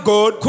God